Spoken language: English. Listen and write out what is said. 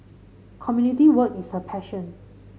community work is her passion